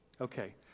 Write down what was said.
Okay